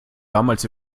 damals